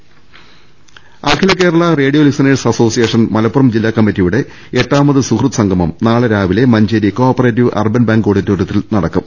രുട്ടിട്ട്ട്ട്ട്ട്ട്ട Akhila Kerala radio listeners association Malappuram ജില്ലാ കമ്മിറ്റിയുടെ എട്ടാമത് സുഹൃദ് സംഗമം നാളെ രാവിലെ Manjeri co operative urban bank ഓഡിറ്റോറിയത്തിൽ നടിക്കും